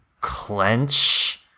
clench